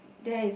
there is